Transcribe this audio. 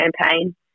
campaign